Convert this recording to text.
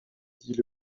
dit